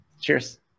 Cheers